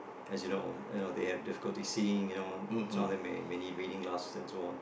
as you know you know they have difficulty seeing you know some of them may may need reading glasses and so on